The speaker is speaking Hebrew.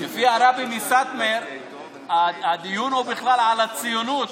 לפי הרבי מסאטמר הדיון הוא בכלל על הציונות,